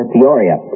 Peoria